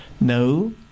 No